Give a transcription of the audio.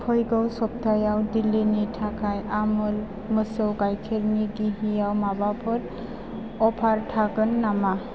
फैगौ सप्थायाव दिल्लीनि थाखाय आमुल मोसौ गाइखेरनि घियाव माबाफोर अफार थागोन नामा